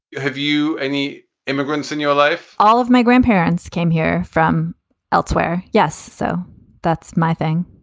have you any immigrants in your life? all of my grandparents came here from elsewhere. yes. so that's my thing